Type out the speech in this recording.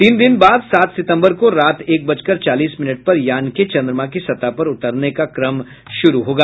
तीन दिन बाद सात सितम्बर को रात एक बजकर चालीस मिनट पर यान के चन्द्रमा की सतह पर उतरने का क्रम शुरू होगा